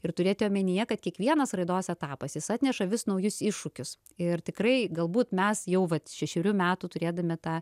ir turėti omenyje kad kiekvienas raidos etapas jis atneša vis naujus iššūkius ir tikrai galbūt mes jau vat šešerių metų turėdami tą